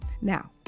Now